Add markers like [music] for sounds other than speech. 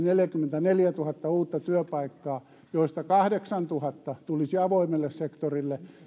[unintelligible] neljäkymmentäneljätuhatta uutta työpaikkaa joista kahdeksantuhatta tulisi avoimelle sektorille